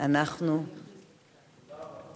תודה רבה.